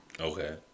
Okay